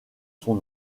son